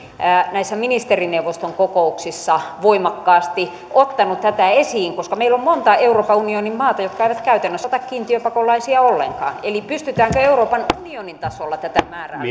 näissä ministerineuvoston kokouksissa voimakkaasti ottanut tätä esiin koska meillä on monta euroopan unionin maata jotka eivät käytännössä ota kiintiöpakolaisia ollenkaan eli pystytäänkö euroopan unionin tasolla tätä määrää